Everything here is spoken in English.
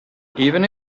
even